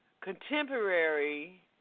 contemporary